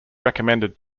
recommended